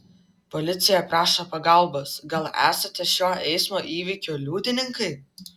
policija prašo pagalbos gal esate šio eismo įvykio liudininkai